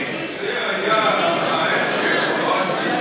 אני רק שואל אותך איך אתה מיישב את שתי